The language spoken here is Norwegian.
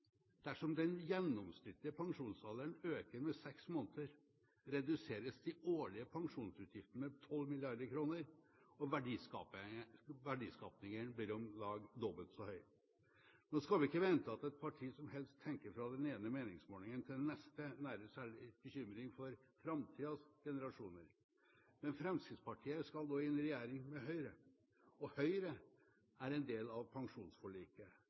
Dersom den gjennomsnittlige pensjonsalderen øker med seks måneder, reduseres de årlige pensjonsutgiftene med 12 mrd. kr, og verdiskapingen blir om lag dobbelt så høy. Nå skal vi ikke vente at et parti som helst tenker fra den ene meningsmålingen til den neste, nærer særlig bekymring for framtidas generasjoner. Men Fremskrittspartiet skal gå inn i regjering med Høyre, og Høyre er en del av pensjonsforliket,